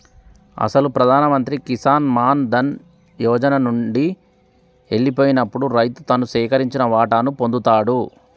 అసలు ప్రధాన మంత్రి కిసాన్ మాన్ ధన్ యోజన నండి ఎల్లిపోయినప్పుడు రైతు తను సేకరించిన వాటాను పొందుతాడు